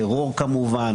טרור כמובן,